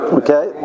okay